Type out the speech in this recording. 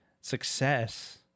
success